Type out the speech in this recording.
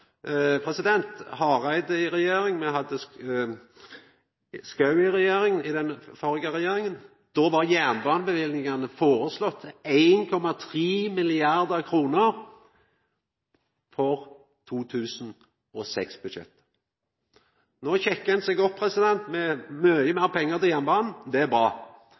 Hareide i regjering, me hadde Schou i regjering – den førre regjeringa. Då var jernbaneløyvingane foreslått til 1,3 mrd. kr, i 2006-budsjettet. No kjekkar ein seg opp med mykje meir pengar til jernbanen – det er bra.